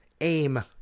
aim